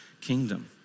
kingdom